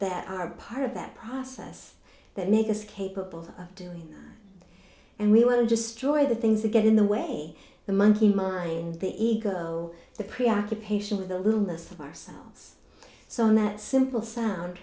that are part of that process that make us capable of doing and we won't destroy the things that get in the way the monkey mind the ego the preoccupation with the littlest of ourselves so in that simple sound